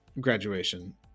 graduation